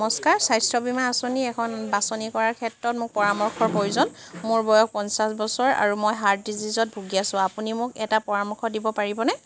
নমস্কাৰ স্বাস্থ্য বীমা আঁচনি এখন বাছনি কৰাৰ ক্ষেত্ৰত মোক পৰামৰ্শৰ প্ৰয়োজন মোৰ বয়স পঞ্চাছ বছৰ আৰু মই হাৰ্ট ডিজিজত ভুগি আছোঁ আপুনি মোক এটা পৰামৰ্শ দিব পাৰিবনে